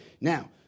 Now